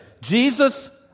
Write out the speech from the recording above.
Jesus